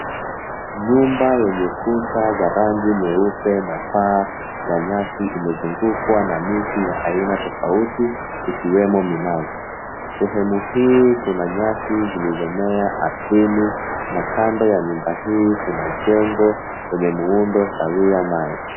Nyumba yenye kuta za rangi nyeupe na paa ya nyasi imezungukwa na miti ya aina tofauti ikiwemo minazi. Sehemu hii kuna nyasi zilizomea ardhini na kando ya nyumba hii kuna jengo yenye muundo sawia nayo.